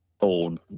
old